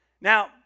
Now